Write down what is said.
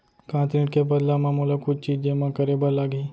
का ऋण के बदला म मोला कुछ चीज जेमा करे बर लागही?